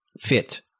fit